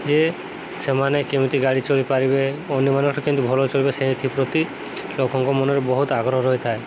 ଯେ ସେମାନେ କେମିତି ଗାଡ଼ି ଚଲେଇ ପାରିବେ ଅନ୍ୟମାନଙ୍କଠୁ କେମିତି ଭଲ ଚଲେଇବେ ସେଥିପ୍ରତି ଲୋକଙ୍କ ମନରେ ବହୁତ ଆଗ୍ରହ ରହିଥାଏ